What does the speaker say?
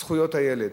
זכויות הילד,